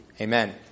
Amen